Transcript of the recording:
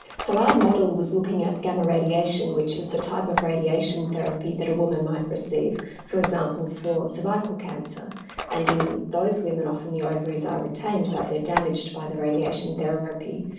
so our model was looking at gamma radiation which is the type of radiation therapy that a woman might receive for example for cervical cancer and in those women often the ovaries are retained but they're damaged by the radiation therapy.